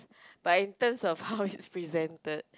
but in terms of how it's presented